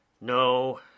No